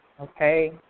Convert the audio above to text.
Okay